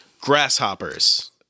Grasshoppers